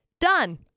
done